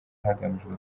hagamijwe